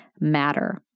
matter